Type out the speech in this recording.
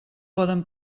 poden